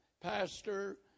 Pastor